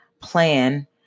plan